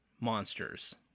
monsters